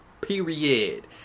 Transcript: Period